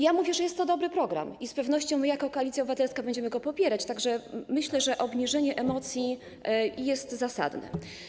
Jest to dobry program i z pewnością my jako Koalicja Obywatelska będziemy go popierać, tak że myślę, że obniżenie emocji jest zasadne.